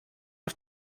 auf